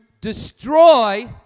destroy